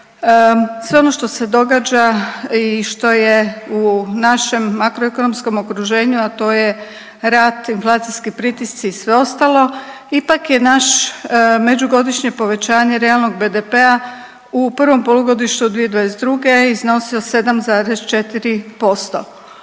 sve ono što se događa i što je u našem makroekonomskom okruženju, a to je rat, inflacijski pritisci i sve ostalo, ipak je naš međugodišnji povećanje realnog BDP-a u prvom polugodištu 2022. iznosio 7,4%.